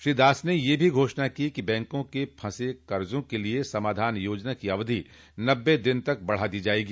श्री दास ने यह भी घोषणा की कि बैंकों के फंसे कर्जों के लिए समाधान योजना की अवधि नब्बे दिन तक बढ़ा दी जायेगी